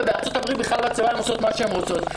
ובארצות הברית הן עושות בצבא מה שהן רוצות.